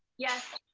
yes.